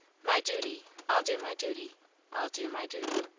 my duty i'll do my duty i'll do my duty.